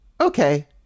Okay